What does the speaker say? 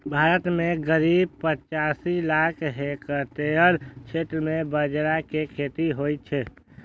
भारत मे करीब पचासी लाख हेक्टेयर क्षेत्र मे बाजरा के खेती होइ छै